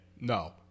No